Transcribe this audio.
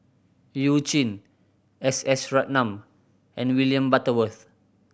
You Jin S S Ratnam and William Butterworth